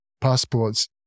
passports